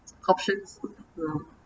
options